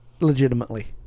Legitimately